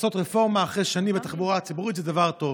לעשות רפורמה אחרי שנים בתחבורה הציבורית זה דבר טוב.